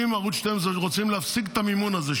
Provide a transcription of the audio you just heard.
אם ערוץ 12 רוצה להפסיק את המימון הזה,